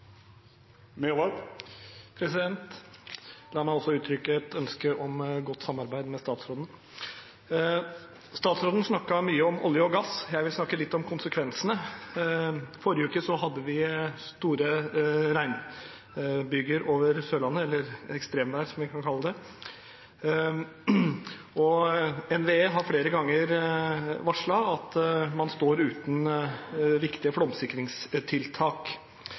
La også meg uttrykke et ønske om godt samarbeid med statsråden. Statsråden snakket mye om olje og gass. Jeg vil snakke litt om konsekvensene. I forrige uke hadde vi store regnbyger over Sørlandet, eller ekstremvær, som vi kan kalle det. NVE har flere ganger varslet at man står uten viktige flomsikringstiltak.